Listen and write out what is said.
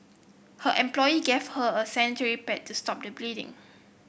her employee gave her a sanitary pad to stop the bleeding